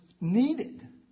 needed